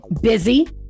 Busy